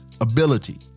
ability